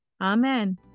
amen